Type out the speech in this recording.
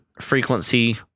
frequency